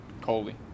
Coley